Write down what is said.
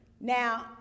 Now